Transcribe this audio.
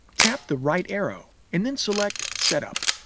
tap the right arrow, and then select setup.